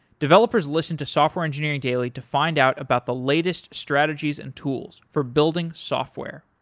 developers listen to software engineering daily to find out about the latest strategies and tools for building software.